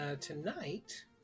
tonight